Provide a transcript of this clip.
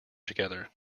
together